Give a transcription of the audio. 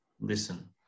listen